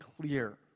clear